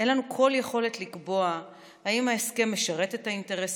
אין לנו כל יכולת לקבוע אם ההסכם משרת את האינטרס